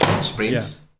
sprints